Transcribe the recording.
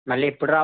మళ్ళీ ఎప్పుడు రా